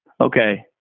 okay